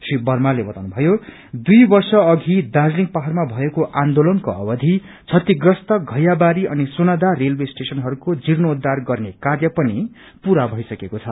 श्री वर्माले बताउनुभयो दुई वर्ष अघि दार्जीलिङ पहाड़मा भएको आन्दोलनको अवधि क्षतिग्रस्त घैयागारी अनि सुनदह रेलवे स्टेयानहरूको जीर्णोद्वार गर्ने कार्य पनि भइसकेको छ